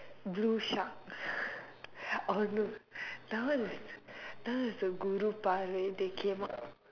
blue shark oh no that one that one is a குரு:kuru பார்வை:paarvai they came out